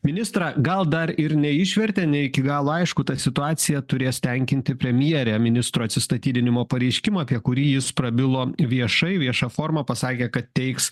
ministrą gal dar ir neišvertė ne iki galo aišku ta situacija turės tenkinti premjerė ministro atsistatydinimo pareiškimą apie kurį jis prabilo viešai vieša forma pasakė kad teiks